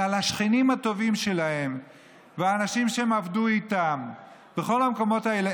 אלא על השכנים הטובים שלהם והאנשים שהם עבדו איתם בכל המקומות האלה,